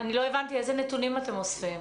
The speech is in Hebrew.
אני לא הבנתי איזה נתונים אתם אוספים.